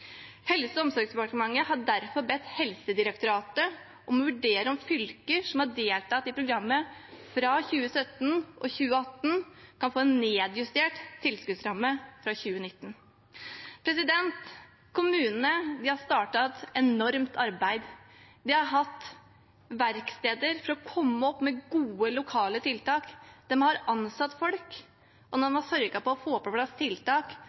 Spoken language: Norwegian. Helse- og omsorgsdepartementet har derfor bedt Helsedirektoratet om å vurdere om fylker som har deltatt i programmet fra 2017 og 2018 kan få en nedjustert tilskuddsramme fra 2019.» Kommunene har startet et enormt arbeid. De har hatt verksteder for å komme opp med gode lokale tiltak, de har ansatt folk, og de har sørget for å få på plass tiltak